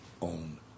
own